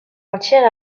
entière